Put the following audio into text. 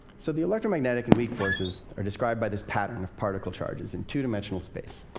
so the electromagnetic and weak forces are described by this pattern of particle charges in two-dimensional space.